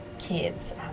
kids